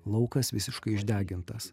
laukas visiškai išdegintas